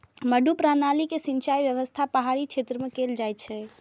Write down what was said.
मड्डू प्रणाली के सिंचाइ व्यवस्था पहाड़ी क्षेत्र मे कैल जाइ छै